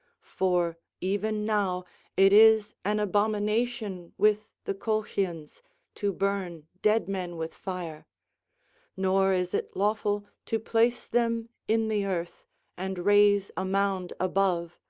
for even now it is an abomination with the colchians to burn dead men with fire nor is it lawful to place them in the earth and raise a mound above,